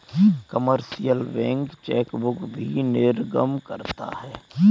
commercial bank chequebook भी निर्गम करता है